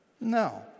No